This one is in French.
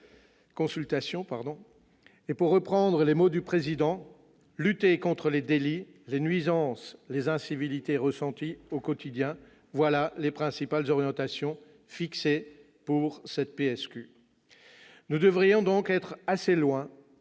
? Pour reprendre les mots du Président de la République, « lutter contre les délits, les nuisances, les incivilités ressenties au quotidien », voilà quelles sont les principales orientations fixées pour cette PSQ. Nous devrions donc être assez loin